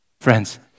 Friends